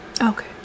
Okay